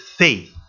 faith